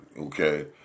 Okay